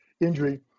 injury